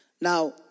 Now